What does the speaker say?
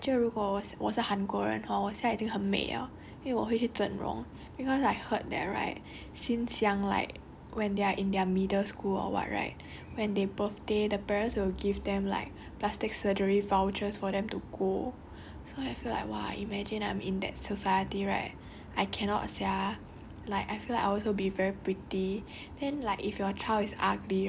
I feel that in korean society right it's actually very scary 我觉得如果我是我是韩国人 hor 我现在已经很美 liao 因为我会去整容 cause I heard that right since young like when they are in their middle school or what right when they birthday the parents will give them like plastic surgery vouchers for them to go so I feel like !wah! imagine I'm in that society right I cannot sia